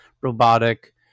robotic